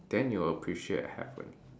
then you will appreciate heaven